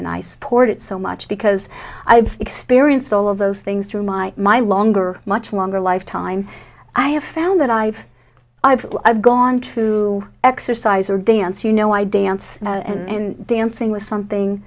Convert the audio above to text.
and i support it so much because i've experienced all of those things through my my longer much longer life time i have found that i've i've i've gone to exercise or dance you know i dance and dancing was something